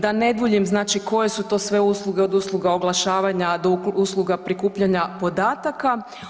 Da ne duljim, znači koje su to sve usluge od usluga oglašavanja do usluga prikupljanja podataka.